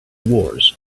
wars